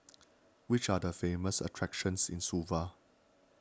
which are the famous attractions in Suva